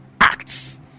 acts